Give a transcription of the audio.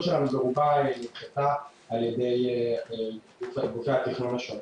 שלנו ברובה נדחתה על ידי גופי התכנון השונים.